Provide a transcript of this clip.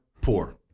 poor